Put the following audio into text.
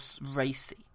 racy